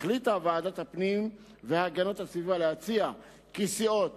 החליטה ועדת הפנים והגנת הסביבה להציע כי סיעות